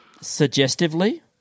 suggestively